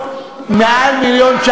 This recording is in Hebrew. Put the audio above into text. מעל 900 מיליון.